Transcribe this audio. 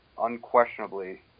unquestionably